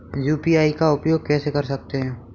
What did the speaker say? UPI का उपयोग कैसे कर सकते हैं?